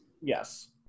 yes